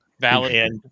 Valid